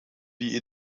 wie